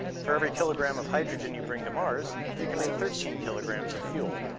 for every kilogram of hydrogen you bring to mars, you can make thirteen kilograms of fuel.